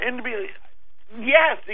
Yes